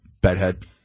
Bedhead